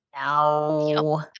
No